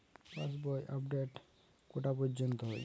পাশ বই আপডেট কটা পর্যন্ত হয়?